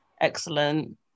excellent